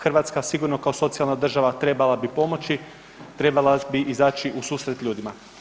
Hrvatska sigurno kao socijalna država trebala bi pomoći, trebala bi izaći u susret ljudima.